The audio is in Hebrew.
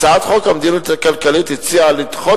הצעת חוק המדיניות הכלכלית הציעה לדחות